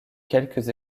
quelques